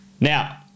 Now